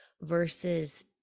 versus